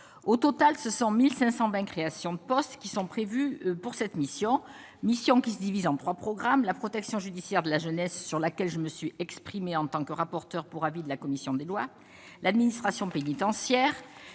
au total ce sont 1520 créations de postes qui sont prévues pour cette mission, mission qui se divise en 3 programmes, la protection judiciaire de la jeunesse, sur laquelle je me suis exprimé en tant que rapporteur pour avis de la commission des lois, l'administration pénitentiaire,